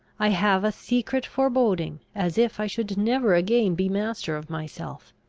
i have a secret foreboding, as if i should never again be master of myself.